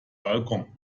balkon